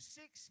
six